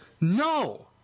no